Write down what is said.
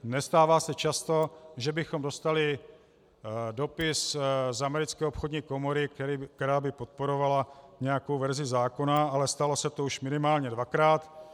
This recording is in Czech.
Nestává se často, že bychom dostali dopis z Americké obchodní komory, která by podporovala nějakou verzi zákona, ale stalo se to už minimálně dvakrát.